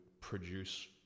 produce